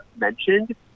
mentioned